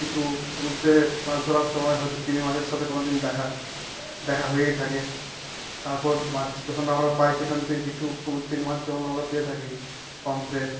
কিছু সমুদ্রের মাছ ধরার সময় হয়তো তিমি মাছের সাথে কোনো দিন দেখা হয়েই থাকে তারপর মাছ যখন আমরা পাই সেখান থেকে কিছু সামুদ্রিক মাছ যখন আমরা পেয়ে থাকি পামফ্রেট